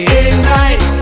ignite